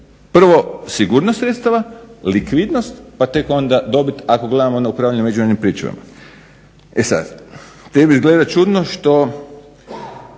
prvo sigurnost sredstava, likvidnost pa tek onda dobit ako gledamo na upravljanje međunarodnim pričuvama. E sada … izgleda čudno što